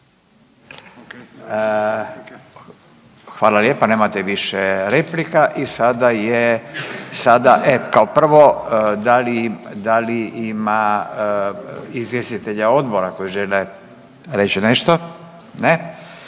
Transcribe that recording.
Hvala lijepa nemate više replika. I sada je sada kao prvo da li ima izvjestitelja odbora koji žele reći nešto? Ne.